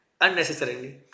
unnecessarily